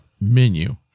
menu